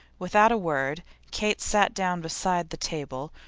without a word kate sat down beside the table,